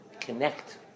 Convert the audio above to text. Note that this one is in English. connect